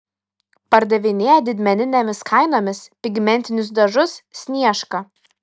pardavinėja didmeninėmis kainomis pigmentinius dažus sniežka